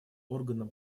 органом